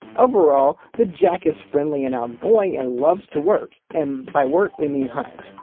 overall the jack is friendly and outgoing and loves to work, and by work, we mean hunt.